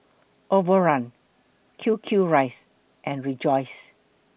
Overrun Q Q Rice and Rejoice